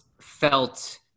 felt